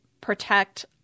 protect